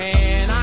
Man